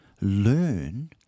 learn